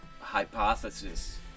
hypothesis